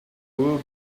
will